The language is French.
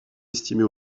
estimée